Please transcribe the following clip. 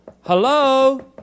hello